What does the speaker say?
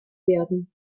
werden